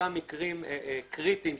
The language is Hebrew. אותם מקרים קריטיים,